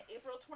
April